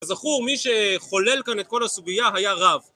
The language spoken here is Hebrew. זכור מי שחולל כאן את כל הסוגייה היה רב